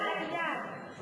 לא, לעניין.